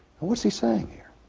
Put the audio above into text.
what's he saying here?